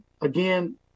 again